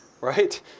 right